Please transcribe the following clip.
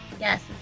Yes